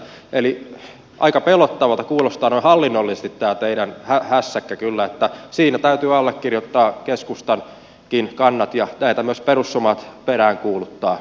eli aika pelottavalta kuulostaa noin hallinnollisesti tämä teidän hässäkkänne kyllä niin että siinä täytyy allekirjoittaa keskustankin kannat ja näitä myös perussuomalaiset peräänkuuluttavat